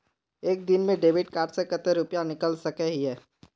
एक दिन में डेबिट कार्ड से कते रुपया निकल सके हिये?